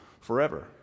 forever